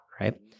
right